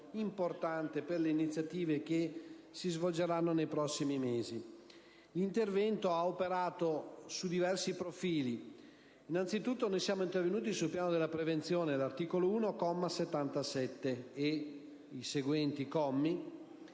importante per le iniziative che si svolgeranno nei prossimi mesi. L'intervento ha operato su diversi profili. Innanzitutto, siamo intervenuti sul piano della prevenzione; l'articolo 1, comma 77 e seguenti della